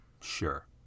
Sure